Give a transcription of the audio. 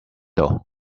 though